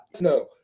no